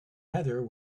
heather